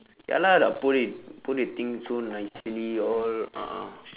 ya lah like put it put the thing so nicely all a'ah